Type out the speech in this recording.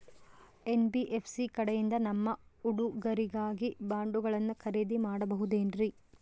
NBFC ಕಡೆಯಿಂದ ನಮ್ಮ ಹುಡುಗರಿಗಾಗಿ ಬಾಂಡುಗಳನ್ನ ಖರೇದಿ ಮಾಡಬಹುದೇನ್ರಿ?